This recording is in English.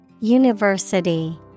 University